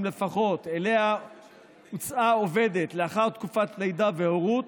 לפחות שאליה הוצאה עובדת לאחר תקופת לידה והורות,